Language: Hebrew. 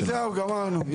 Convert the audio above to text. יופי, גמרנו.